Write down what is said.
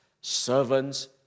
servants